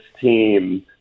team